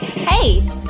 Hey